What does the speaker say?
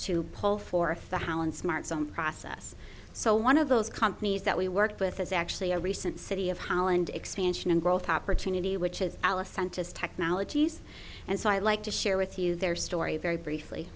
to pull forth the holland smartphone process so one of those companies that we work with is actually a recent city of holland expansion and growth opportunity which is alice sent us technologies and so i'd like to share with you their story very briefly